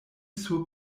sur